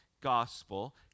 gospel